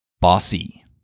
bossy